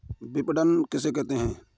विपणन किसे कहते हैं?